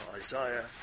Isaiah